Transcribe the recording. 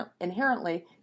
inherently